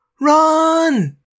Run